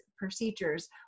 procedures